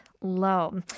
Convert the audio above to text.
low